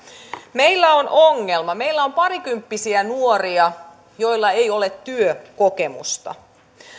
meillä on ongelma meillä on parikymppisiä nuoria joilla ei ole työkokemusta